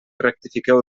rectifiqueu